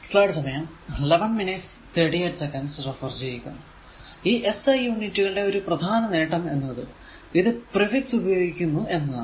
ഈ SI യൂണിറ്റുകളുടെ ഒരു പ്രധാന നേട്ടം എന്നത് ഇത് പ്രിഫിക്സ് ഉപയോഗിക്കുന്നു എന്നതാണ്